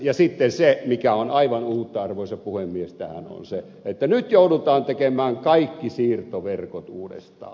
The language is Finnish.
ja sitten se mikä on aivan uutta arvoisa puhemies tässä on se että nyt joudutaan tekemään kaikki siirtoverkot uudestaan